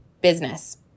business